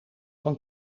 van